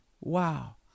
Wow